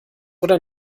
oder